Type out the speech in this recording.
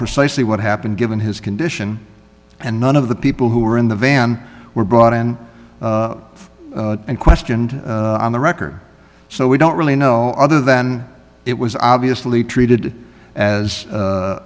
precisely what happened given his condition and none of the people who were in the van were brought in and questioned on the record so we don't really know other than it was obviously treated as